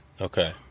Okay